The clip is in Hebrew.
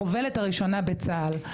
החובלת הראשונה בצה"ל.